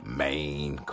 main